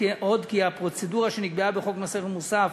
כי הפרוצדורה שנקבעה בחוק מס ערך מוסף